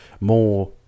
more